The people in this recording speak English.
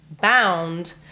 bound